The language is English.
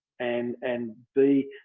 and and the.